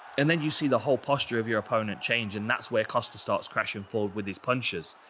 and then you see the whole posture of your opponent change and that's where costa starts crashing forward with his punches.